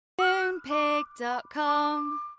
Moonpig.com